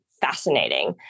fascinating